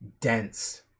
dense